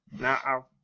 Now